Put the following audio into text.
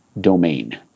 domain